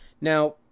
Now